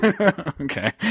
okay